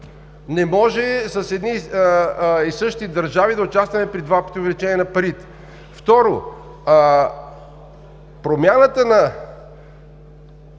Не може с едни и същи държави да участваме при два пъти увеличение на парите. Второ, промяната на